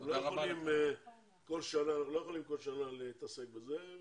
אנחנו לא יכולים כל שנה להתעסק בזה.